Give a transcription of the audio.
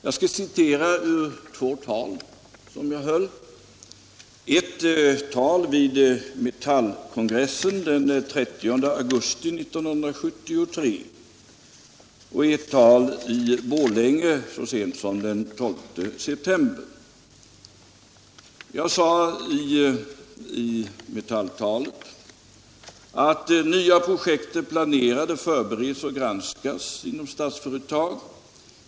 Jag skall citera ur två tal som jag höll, ett tal vid Metallkongressen den 30 augusti 1973, och ett tal i Borlänge så sent som den 12 september samma år. I det ena talet sade jag bl.a.: ”Det nya projektet planeras, förbereds och granskas inom Statsföretag.